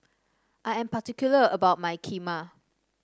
I am particular about my Kheema